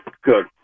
Good